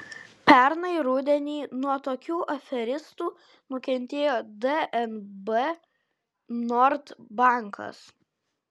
pernai rudenį nuo tokių aferistų nukentėjo dnb nord bankas